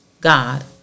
God